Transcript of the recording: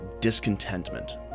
discontentment